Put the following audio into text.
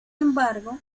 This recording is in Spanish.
embargo